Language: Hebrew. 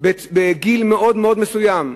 בגיל מאוד מאוד מסוים.